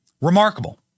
remarkable